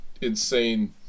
insane